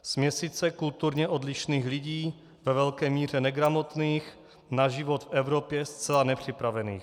Směsice kulturně odlišných lidí, ve velké míře negramotných, na život v Evropě zcela nepřipravených.